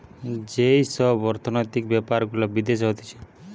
যেই সব অর্থনৈতিক বেপার গুলা বিদেশে হতিছে